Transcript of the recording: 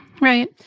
Right